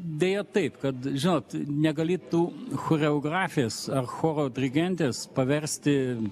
deja taip kad žinot negali tu choreografės ar choro dirigentės paversti